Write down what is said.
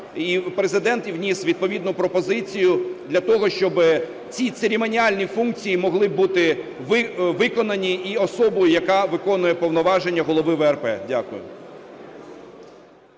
і Президент вніс відповідну пропозицію для того, щоб ці церемоніальні функції могли бути виконані і особою, яка виконує повноваження голови ВРП. Дякую.